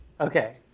Okay